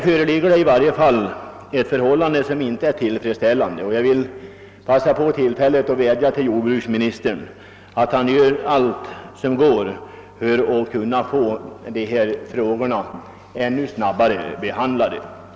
Förhållandena är som sagt inte tillfredsställande, och jag vill passa på tillfället att vädja till jordbruksministern att han gör allt vad i hans förmåga står för att dessa frågor skall kunna behandlas snabbare.